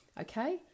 Okay